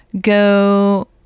go